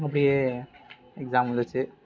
அப்படியே எக்ஸாம் வந்துச்சு